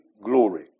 glory